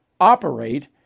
operate